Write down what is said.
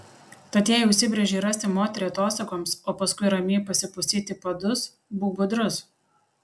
tad jei užsibrėžei rasti moterį atostogoms o paskui ramiai pasipustyti padus būk budrus